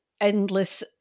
endless